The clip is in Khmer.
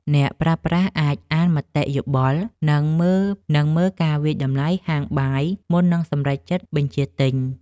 អ្នកប្រើប្រាស់អាចអានមតិយោបល់ និងមើលការវាយតម្លៃហាងបាយមុននឹងសម្រេចចិត្តបញ្ជាទិញ។